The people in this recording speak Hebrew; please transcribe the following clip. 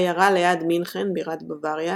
עיירה ליד מינכן בירת בוואריה,